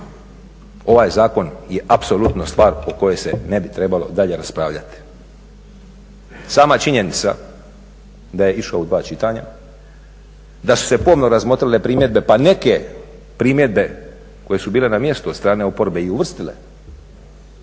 ovaj zakon je apsolutno stvar o kojoj se ne bi trebalo dalje raspravljati. Sama činjenica da je išao u dva čitanja, da su se pomno razmotrile primjedbe pa neke primjedbe koje su bile na mjestu od strane oporbe i uvrstile